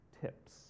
tips